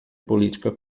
política